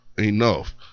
enough